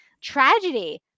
tragedy